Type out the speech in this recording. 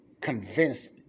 convince